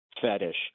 fetish